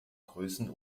größen